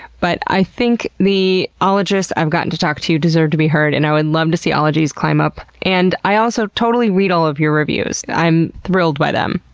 but i think the ologists i've gotten to talk to deserve to be heard and i would love to see ologies climb up. and i also totally read all of your reviews. i'm thrilled by them.